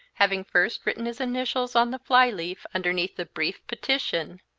having first written his initials on the fly-leaf underneath the brief petition,